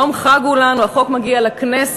יום חג הוא לנו, החוק מגיע לכנסת.